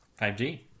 5G